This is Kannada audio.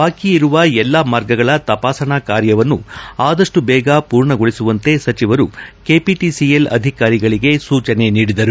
ಬಾಕಿ ಇರುವ ಎಲ್ಲಾ ಮಾರ್ಗಗಳ ತಪಾಸಣಾ ಕಾರ್ಯವನ್ನು ಆದಷ್ಟು ಬೇಗನೆ ಪೂರ್ಣಗೊಳಿಸುವಂತೆ ಸಚಿವರು ಕೆಪಿಟಿಸಿಎಲ್ ಅಧಿಕಾರಿಗಳಗೆ ಸೂಚನೆ ನೀಡಿದರು